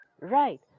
Right